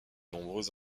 nombreux